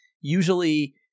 Usually